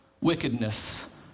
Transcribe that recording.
wickedness